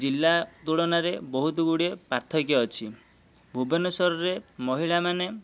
ଜିଲ୍ଲା ତୁଳନାରେ ବହୁତ ଗୁଡ଼ିଏ ପାର୍ଥକ୍ୟ ଅଛି ଭୁବନେଶ୍ୱରରେ ମହିଳାମାନେ